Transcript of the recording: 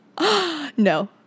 No